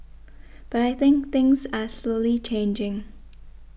but I think things are slowly changing